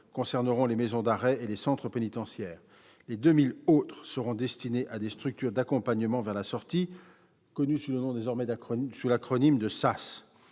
concerneront les maisons d'arrêt et les centres pénitentiaires. Les 2 000 autres places sont destinées à des structures d'accompagnement vers la sortie, les SAS.